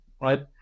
Right